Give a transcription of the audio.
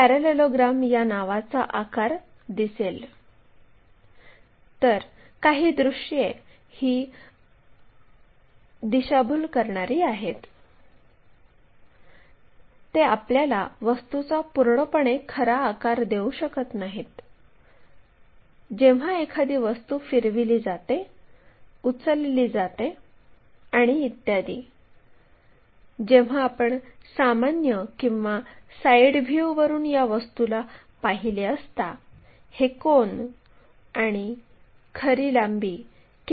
त्याचप्रमाणे जर एखादी लाईन किंवा तिचा विस्तार हा उभ्या प्लेनला स्पर्श करत असेल तर या छेदनबिंदूला किंवा विस्तार बिंदूला आपण उभ्या प्लेनवरील लाईनचे ट्रेस असे म्हणतो आणि सहसा आपण ते VT द्वारे दर्शवितो